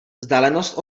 vzdálenost